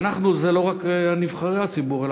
"אנחנו" זה לא רק נבחרי הציבור,